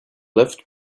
left